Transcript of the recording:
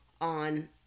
on